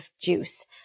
juice